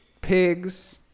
pigs